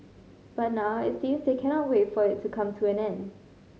but now it seems they cannot wait for it to come to an end